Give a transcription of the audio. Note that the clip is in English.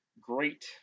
great